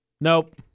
Nope